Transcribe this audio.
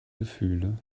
gefühle